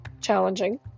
challenging